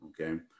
okay